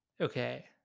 Okay